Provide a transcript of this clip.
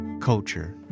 culture